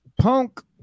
Punk